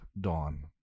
Dawn